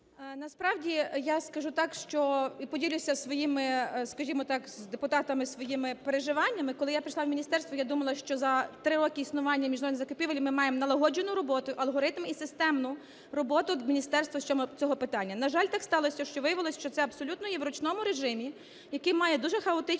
Насправді я скажу так, що, і поділюся своїми, скажімо так, з депутатами своїми переживаннями. Коли я прийшла в міністерство, я думала, що за 3 роки існування міжнародних закупівель ми маємо налагоджену роботу, алгоритм і системну роботу міністерства з цього питання. На жаль, так сталося, що виявилось, що це абсолютно є в ручному режимі, який має дуже хаотичний